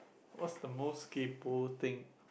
what's the most kaypoh thing